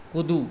कूदू